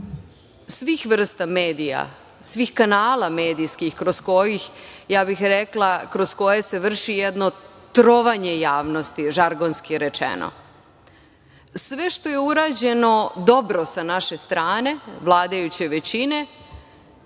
svih vrsta medija, svih kanala medijskih kroz koje, ja bih rekla, kroz koje se vrši jedno trovanje javnosti, žargonski rečeno. Sve što je urađeno dobro sa naše strane, vladajuće većine,